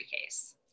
case